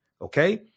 okay